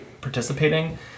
participating